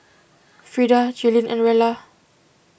Frida Jalynn and Rella